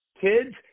kids